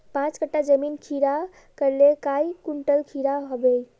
पाँच कट्ठा जमीन खीरा करले काई कुंटल खीरा हाँ बई?